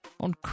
on